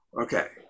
Okay